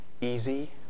easy